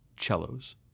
cellos